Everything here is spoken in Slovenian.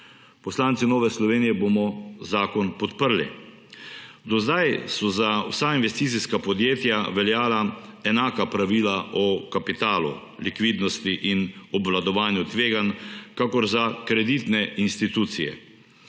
Poslanci Nove Slovenije bomo zakon podprli. Do zdaj so za vsa investicijska podjetja velja enaka pravila o kapitalu, likvidnosti in obvladovanju tveganj kakor za krediten institucije.